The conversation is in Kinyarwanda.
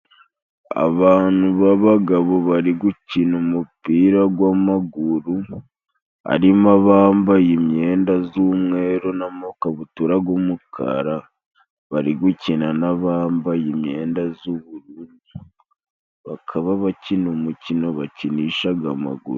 Abantu babagabo bari gukina umupira gwamaguru, arimo bambaye imyenda z'umweru namakabutura g'umukara, bari gukina nabambaye imyenda z'ubururu, bakaba bakina umukino bakinishaga amaguru.